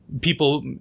people